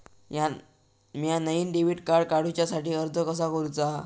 म्या नईन debit card काडुच्या साठी अर्ज कसा करूचा?